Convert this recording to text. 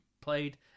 played